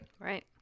Right